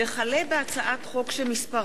הצעת חוק המכר